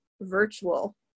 virtual